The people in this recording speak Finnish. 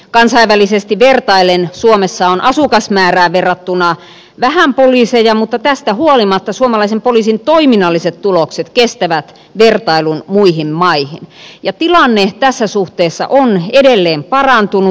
kansainvälisesti vertaillen suomessa on asukasmäärään verrattuna vähän poliiseja mutta tästä huolimatta suomalaisen poliisin toiminnalliset tulokset kestävät vertailun muihin maihin ja tilanne tässä suhteessa on edelleen parantunut